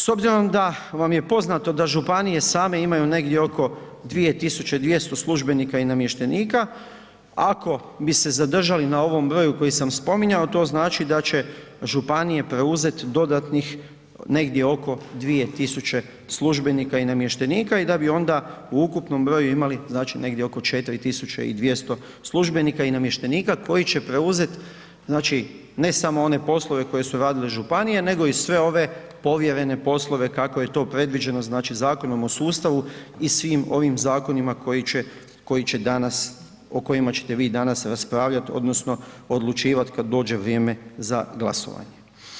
S obzirom da vam je poznato da županije same imaju negdje oko 2200 službenika i namještenika, a ako bi se zadržali na ovom broju koji sam spominjao, to znači da će županije preuzet dodanih negdje oko 2000 službenika i namještenika i da bi onda u ukupnom broju imali znači negdje oko 4200 službenika i namještenika koji će preuzet, znači ne samo one poslove koje su radile županije, nego i sve ove povjerene poslove kako je to predviđeno znači Zakonom o sustavu i svim ovim zakonima koji će danas, o kojima ćete vi danas raspravljat odnosno odlučivat kad dođe vrijeme za glasovanje.